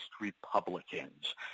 Republicans